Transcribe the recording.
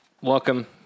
welcome